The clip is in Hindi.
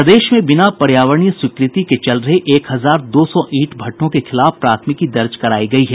प्रदेश में बिना पर्यावरणीय स्वीकृति के चल रहे एक हजार दो सौ ईंट भट्ठों के खिलाफ प्राथमिकी दर्ज करायी गयी है